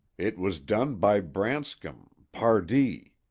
it was done by branscom pardee.